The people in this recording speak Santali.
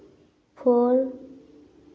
ᱯᱷᱳᱨ